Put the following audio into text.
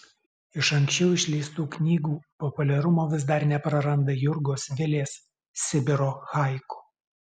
iš anksčiau išleistų knygų populiarumo vis dar nepraranda jurgos vilės sibiro haiku